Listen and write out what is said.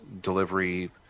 delivery